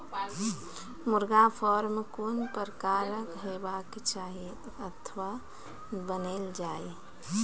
मुर्गा फार्म कून प्रकारक हेवाक चाही अथवा बनेल जाये?